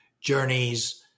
journeys